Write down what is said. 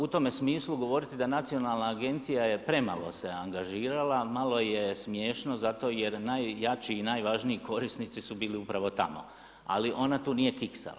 U tome smislu govoriti da nacionalna agencija se premalo se angažirala, malo je smiješno, zato jer najjači i najvažniji korisnici su bili upravo tamo, ali ona tu nije kiksala.